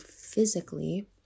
physically